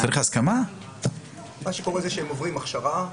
הם עוברים הכשרה.